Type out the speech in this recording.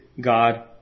god